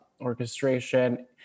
orchestration